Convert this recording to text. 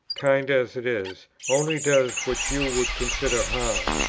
kind as it is, only does what you would consider harm.